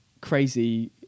crazy